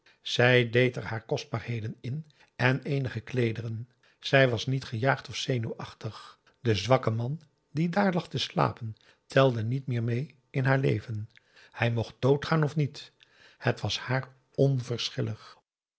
zij deed er haar kostbaarheden in en eenige kleederen zij was niet gejaagd of zenuwachtig de zwakke man die daar lag te slapen telde niet meer mee in haar leven hij mocht doodgaan of niet het was haar